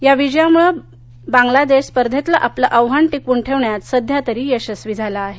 या विजयामुळे बांगलादेश स्पर्धेतलं आपलं आव्हान टिकवून ठेवण्यात सध्यातरी यशस्वी झाला आहे